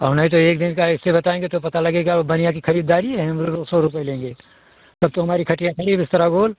औ नहीं तो एक दिन का ऐसे बताएँगे तो पता लगेगा की खरीददारी है सौ रुपये लेंगे तब तो हमारी खटिया खड़ी बिस्तरा गोल